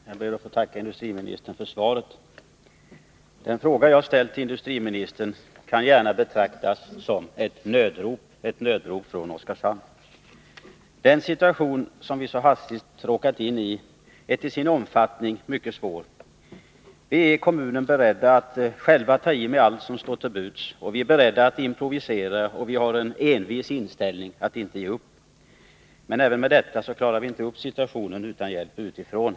Herr talman! Jag ber att få tacka industriministern för svaret. Den fråga som jag har ställt till industriministern kan gärna betraktas som ett nödrop från Oskarshamn. Den situation som vi så hastigt har råkat in i är mycket svår. Vi är i kommunen beredda att själva ta i med allt som står till buds. Vi är beredda att improvisera, och vi har en envis inställning att inte ge upp. Men även med detta klarar vi inte upp situationen utan hjälp utifrån.